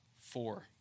four